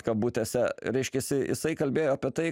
kabutėse reiškiasi jisai kalbėjo apie tai